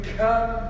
come